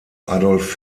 adolf